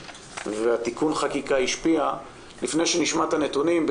ותיקון החקיקה השפיע וזאת עוד לפני שנשמע את הנתונים שיאמרו